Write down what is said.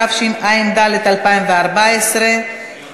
התשע"ד 2014,